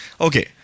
okay